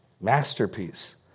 masterpiece